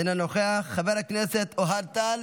אינו נוכח, חבר הכנסת אוהד טל,